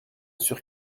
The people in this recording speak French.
sur